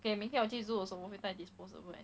okay maybe I'll 记住的时候我会戴 disposable